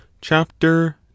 Chapter